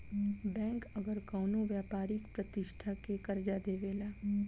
bank अगर कवनो व्यापारिक प्रतिष्ठान के कर्जा देवेला